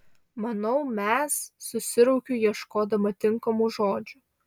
manau mes susiraukiu ieškodama tinkamų žodžių